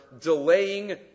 delaying